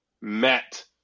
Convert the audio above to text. met